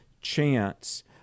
chance